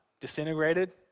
disintegrated